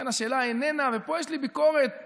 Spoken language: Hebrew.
ופה יש לי ביקורת